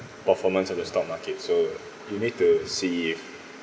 performance of the stock market so you need to see